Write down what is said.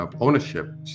ownership